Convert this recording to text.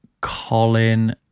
Colin